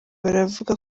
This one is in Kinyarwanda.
baravuga